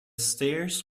stairs